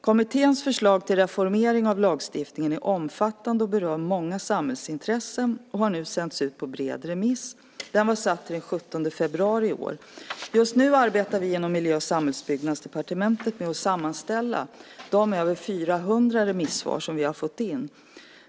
Kommitténs förslag till reformering av lagstiftningen är omfattande, berör många samhällsintressen och har sänts ut på en bred remiss. Remisstiden var satt till den 17 februari i år. Just nu arbetar vi inom Miljö och samhällsbyggnadsdepartementet med att sammanställa de över 400 remissvar som vi har fått in.